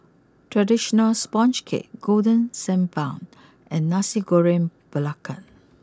traditional Sponge Cake Golden Sand Bun and Nasi Goreng Belacan